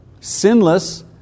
sinless